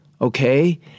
Okay